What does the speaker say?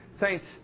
Saints